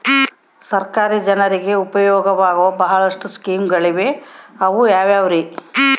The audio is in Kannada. ಸರ್ಕಾರ ಜನರಿಗೆ ಉಪಯೋಗವಾಗೋ ಬಹಳಷ್ಟು ಸ್ಕೇಮುಗಳಿವೆ ಅವು ಯಾವ್ಯಾವ್ರಿ?